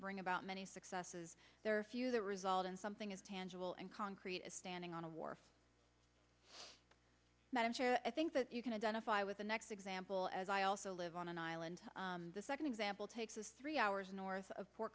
bring about many successes there are few that result in something as tangible and concrete as standing on a wharf i think that you can identify with the next example as i also live on an island the second example takes us three hours north of po